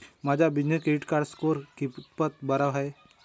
माझा business credit score कितपत बरा आहे?